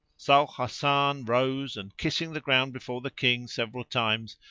so hasan rose and, kissing the ground before the king several times,